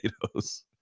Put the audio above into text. potatoes